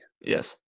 Yes